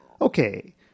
Okay